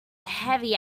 heavy